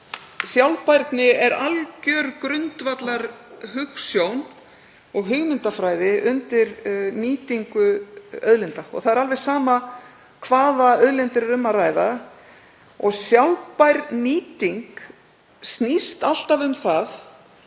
sjálfbærni er algjör grundvallarhugsjón og hugmyndafræði um nýtingu auðlinda. Það er alveg sama hvaða auðlindir er um að ræða. Sjálfbær nýting snýst alltaf um það